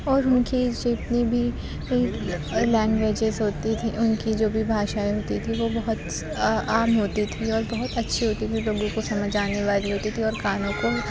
اور ان کی جتنی بھی لینگوجز ہوتی تھیں ان کی جو بھی بھاشائیں ہوتی تھیں وہ بہت عام ہوتی تھی اور بہت اچھی ہوتی تھیں تو بالکل سمجھ آنے والی ہوتی تھی اور کانوں کو